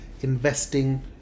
Investing